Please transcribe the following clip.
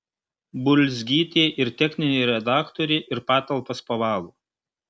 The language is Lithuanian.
bulzgytė ir techninė redaktorė ir patalpas pavalo